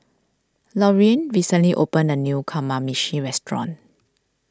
Lorean recently opened a new Kamameshi restaurant